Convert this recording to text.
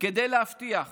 כדי להבטיח להוריי,